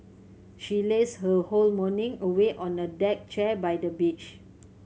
she lazed her whole morning away on a deck chair by the beach